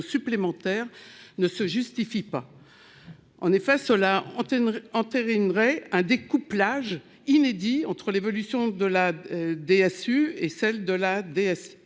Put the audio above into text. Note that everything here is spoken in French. supplémentaires ne se justifie pas, en effet, cela entraînerait entérinerait un découplage inédit entre l'évolution de la DSU et celle de la DS